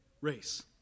race